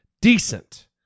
decent